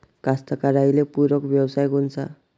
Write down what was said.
कास्तकाराइले पूरक व्यवसाय कोनचा?